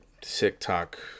TikTok